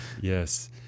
Yes